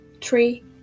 three